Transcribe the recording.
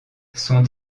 sont